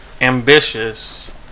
ambitious